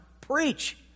preach